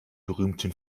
berühmten